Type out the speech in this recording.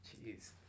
Jeez